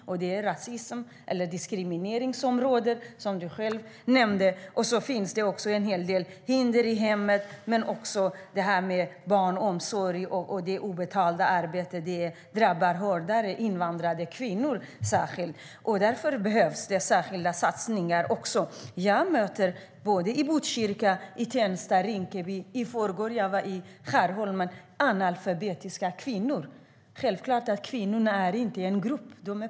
Här är det rasism eller diskriminering som råder, som ministern själv nämnde. Det finns också en hel del hinder i hemmet i form av barn och omsorg och det obetalda arbete det medför. Det drabbar invandrade kvinnor särskilt hårt, och därför behövs det särskilda satsningar. Jag möter i Botkyrka, Tensta och Rinkeby - i förrgår var jag i Skärholmen - analfabetiska kvinnor. Självklart är kvinnorna inte en grupp.